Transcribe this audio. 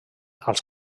als